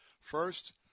first